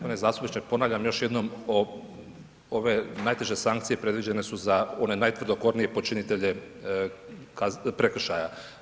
Poštovani zastupniče, ponavljam još jednom ove najteže sankcije predviđene su za one najtvrdokornije počinitelje prekršaja.